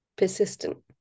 persistent